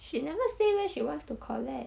she never say where she wants to collect